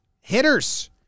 hitters